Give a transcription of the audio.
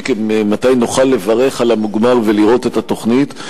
ומתי נוכל לברך על המוגמר ולראות את התוכנית,